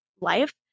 life